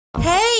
Hey